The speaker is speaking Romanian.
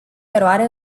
eroare